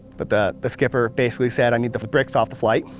but the the skipper basically said i need the bricks off the flight.